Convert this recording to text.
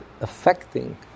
affecting